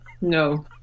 no